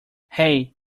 hey